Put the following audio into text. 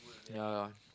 yeah lah